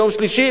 ביום שלישי,